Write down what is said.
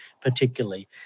particularly